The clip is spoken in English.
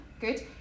good